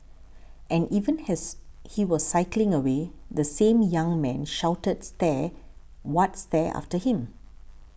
and even as he was cycling away the same young man shouted stare what stare after him